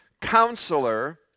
Counselor